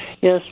Yes